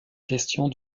question